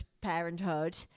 parenthood